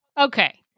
Okay